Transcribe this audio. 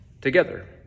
together